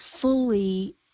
fully